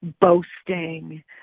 boasting